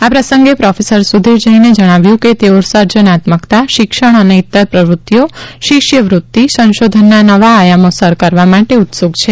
આ પ્રસંગે પ્રોફેસર સુધીર જૈને જણાવ્યું કે તેઓ સર્જનાત્મકતા શિક્ષણ અને ઇત્તર પ્રવ્રત્તિઓ શિષ્યવ્રત્તિ સંશોધનના નવા આયામો સર કરવા માટે ઉત્સૂક છે